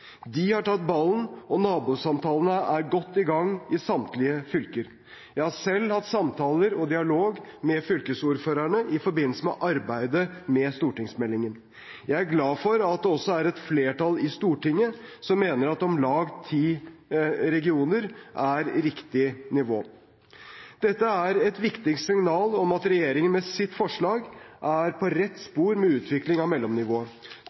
De har tatt ballen, og nabosamtalene er godt i gang i samtlige fylker. Jeg har selv hatt samtaler og dialog med fylkesordførerne i forbindelse med arbeidet med stortingsmeldingen. Jeg er glad for at det også er et flertall i Stortinget som mener at om lag ti regioner er riktig nivå. Dette er et viktig signal om at regjeringen med sitt forslag er på rett spor med utvikling av